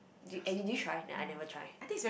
did and did you try I never try